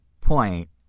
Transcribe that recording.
point